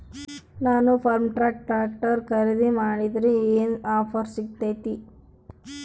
ನಾನು Farmtrac tractor ಖರೇದಿ ಮಾಡಿದ್ರೆ ಏನು ಆಫರ್ ಸಿಗ್ತೈತಿ?